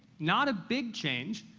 not a big change,